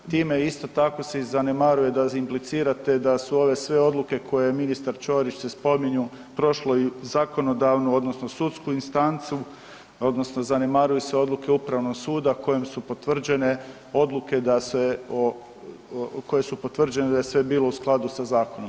Time isto tako se i zanemaruje da implicirate da su ove sve odluke koje je ministar Ćorić se spominju prošlo i zakonodavnu odnosno sudsku instancu odnosno zanemaruju se odluke upravnog suda kojim su potvrđene odluke da se o, koje su potvrđene da je sve bilo u skladu sa zakonom.